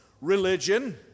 religion